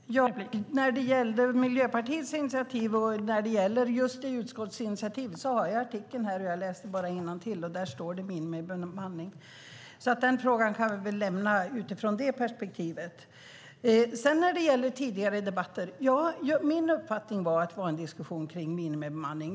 Fru talman! När det gäller Miljöpartiets initiativ och utskottsinitiativet har jag artikeln här. Jag läste bara innantill ur den. Där står det "minimibemanning". Den frågan kan vi väl lämna utifrån det perspektivet. Sedan gäller det tidigare debatter. Min uppfattning är att det var en diskussion om minimibemanning.